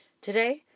Today